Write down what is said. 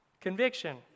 conviction